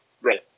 Right